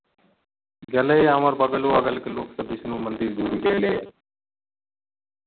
गेलैए हमर बगलो अगलके लोक तऽ विष्णु मन्दिर घुमि कऽ एलैए